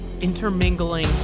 intermingling